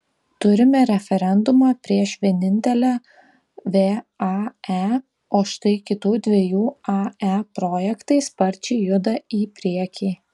turime referendumą prieš vienintelę vae o štai kitų dviejų ae projektai sparčiai juda į priekį